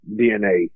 DNA